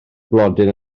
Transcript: blodyn